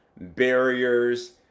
barriers